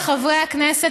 על חברי הכנסת,